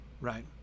right